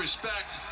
respect